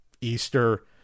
Easter